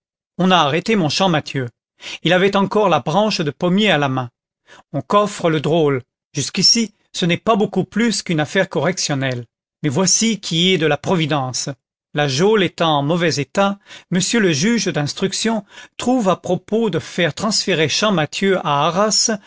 on a arrêté mon champmathieu il avait encore la branche de pommier à la main on coffre le drôle jusqu'ici ce n'est pas beaucoup plus qu'une affaire correctionnelle mais voici qui est de la providence la geôle étant en mauvais état monsieur le juge d'instruction trouve à propos de faire transférer champmathieu à arras